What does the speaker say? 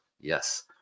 Yes